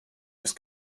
ist